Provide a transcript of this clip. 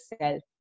self